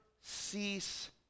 cease